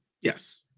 yes